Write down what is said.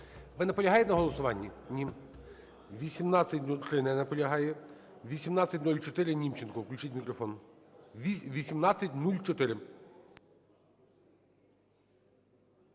Ви наполягаєте на голосуванні? Ні. 1803. Не наполягає. 1804. Німченко. Включіть мікрофон. 1804.